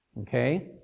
Okay